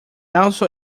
also